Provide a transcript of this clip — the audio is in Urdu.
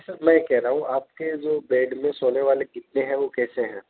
سر میں کہہ رہا ہوں آپ کے جو بیڈ میں سونے والے کتنے ہیں وہ کیسے ہیں